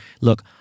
look